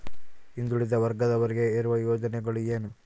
ಹಿಂದುಳಿದ ವರ್ಗದವರಿಗೆ ಇರುವ ಯೋಜನೆಗಳು ಏನು?